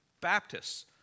Baptists